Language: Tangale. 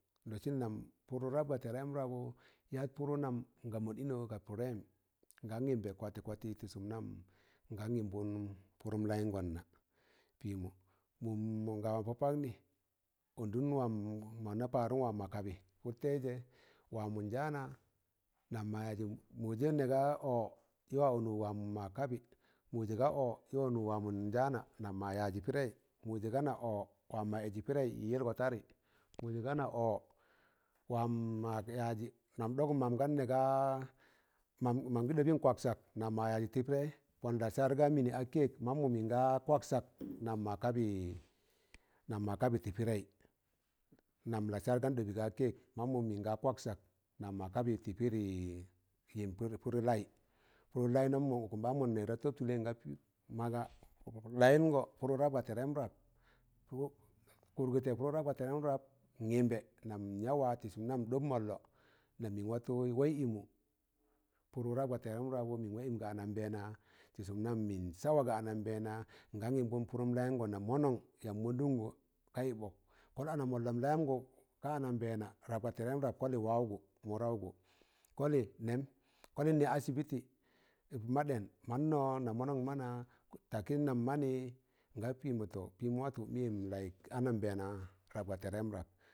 Nlọsịn nam pụrụ rap ga tẹrem rabụ yat pụrụ nam ga mụnd ịnọ ga pụndẹyem, n gan yịmbẹ kwatị kwatị tị sụm nan naam yịmbụn pụrụm layụn gọn na, pịmọ mụn ga wam mọ pọ paknị ọndun wam mọna parụm wam mọna kabị pụr taịzẹ wam mọ njaana nam ma yaji mị mụjẹ nẹ ga ọ yị wa ọnụk wam mọ kabị, mụjẹ ga ọ yị wa ọnụk waamọ njaana nam mọ yajị pịdaị, muje gana o wam wa eeji pidei yịlgụ tadị, mụ jẹ gana ọ wam ma yajị nam ɗọgọm mam gan nẹ gaa man gan ɗọbịn kwakksak, nam ma yajị pịdẹị te pịdẹị pọn lassar gaa mịnị a cakẹ mammụ mịn ga kwaksak nam ma kabị tị pịdẹị nam laasar gaan dọbị ga cakẹ mammụmịn ga kwaksak nam ma kabị tị pịde, yịmb pụrụ laị pụrụ laịnọm, ụkụm ɓaan man nẹg ta tọb tụlẹị nga maga layịngọ pụrụ rap ga tẹrẹm rap kurgụtẹ pụrụ rap ga tẹrẹm rap nyịmbẹ nam nyawa tị sụm nam n ɗọb mọlnọ nam mịn watọ waị ịmụ pụrụ rapga tẹrẹm rabụ mịn wwaị ịmụ ga anambẹẹna tị sụm nam, mịn saa wa a anambẹẹna ngam yịmbụn pụrụm layịngọn na mọnọn yamb mọndọngụ ga yịbọk kọl ana mọllọm layamgụ ka anambẹẹna rap ga trẹm rap kọlị wawụgụ mụraụgụ kọlị wawụgụ mụra ụgụ kọlị nẹm kọlị nẹ da asịbịtị, maɗẹm mannọ na mọnọn mana takin nan manị nga pịmọ, tọ pịm watọ mịn layịg anambẹẹna, rap ga tẹrm rap.